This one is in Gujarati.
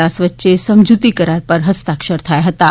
દાસ વચ્ચે સમજૂતી કરાર ઉપર હસ્તાક્ષર થયાં હતાં